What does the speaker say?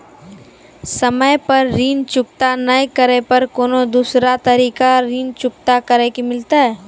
समय पर ऋण चुकता नै करे पर कोनो दूसरा तरीका ऋण चुकता करे के मिलतै?